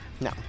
No